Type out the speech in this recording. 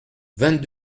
vingt